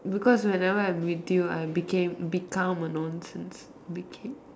because whenever I am with you I became become a nonsense became